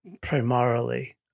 primarily